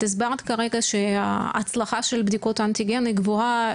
את הסברת כרגע שההצלחה של בדיקות האנטיגן היא גבוהה,